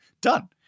Done